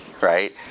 right